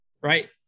Right